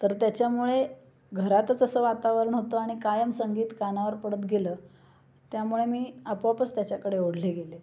तर त्याच्यामुळे घरातच असं वातावरण होतं आणि कायम संगीत कानावर पडत गेलं त्यामुळे मी आपोआपच त्याच्याकडे ओढले गेले